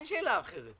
אין שאלה אחרת